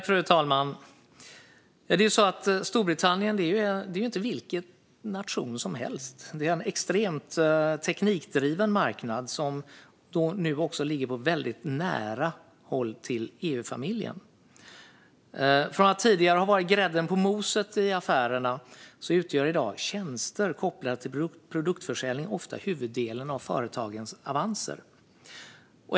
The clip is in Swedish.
Fru talman! Storbritannien är inte vilken nation som helst. Det är en extremt teknikdriven marknad, som också ligger på väldigt nära håll för EU-familjen. Från att tidigare ha varit grädden på moset i affärerna utgör tjänster kopplade till produktförsäljning i dag ofta huvuddelen av företagens avanser.